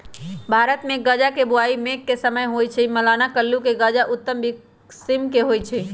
भारतमे गजा के बोआइ मेघ के समय होइ छइ, मलाना कुल्लू के गजा उत्तम किसिम के होइ छइ